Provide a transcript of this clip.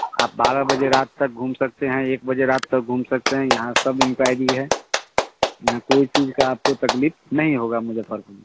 आप बारह बजे रात तक घूम सकते हैं एक बजे रात तक घूम सकते हैं यहाँ सब इंक्वायरी है यहाँ कोई चीज़ की आपको तकलीफ़ नहीं होगी मुज़फ़्फ़रपुर में